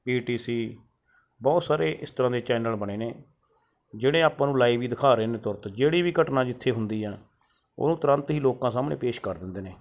ਪੀ T C ਬਹੁਤ ਸਾਰੇ ਇਸ ਤਰ੍ਹਾਂ ਦੇ ਚੈਨਲ ਬਣੇ ਨੇ ਜਿਹੜੇ ਆਪਾਂ ਨੂੰ ਲਾਈਵ ਵੀ ਦਿਖਾ ਰਹੇ ਨੇ ਤੁਰੰਤ ਜਿਹੜੀ ਵੀ ਘਟਨਾ ਜਿੱਥੇ ਹੁੰਦੀ ਆ ਉਹ ਤੁਰੰਤ ਹੀ ਲੋਕਾਂ ਸਾਹਮਣੇ ਪੇਸ਼ ਕਰ ਦਿੰਦੇ ਨੇ